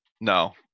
no